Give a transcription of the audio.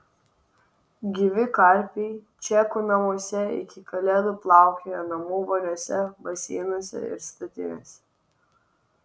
gyvi karpiai čekų namuose iki kalėdų plaukioja namų voniose baseinuose ir statinėse